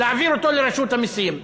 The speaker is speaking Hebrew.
להעביר אותו לרשות המסים?